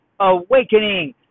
Awakening